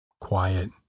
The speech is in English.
quiet